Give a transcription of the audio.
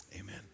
amen